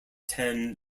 ten